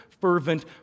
fervent